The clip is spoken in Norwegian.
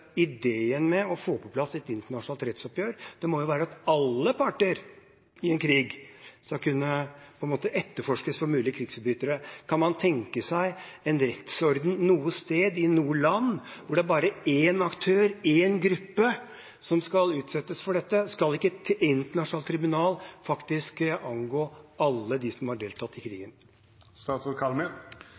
ideen med å få på plass et internasjonalt rettsoppgjør jo må være at alle parter i en krig skal kunne etterforskes for mulige krigsforbrytelser. Kan man tenke seg en rettsorden noe sted i noe land hvor det er bare én aktør, én gruppe som skal utsettes for dette? Skal ikke et internasjonalt tribunal faktisk angå alle de som har deltatt i